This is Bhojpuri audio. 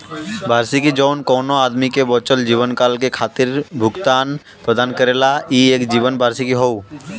वार्षिकी जौन कउनो आदमी के बचल जीवनकाल के खातिर भुगतान प्रदान करला ई एक जीवन वार्षिकी हौ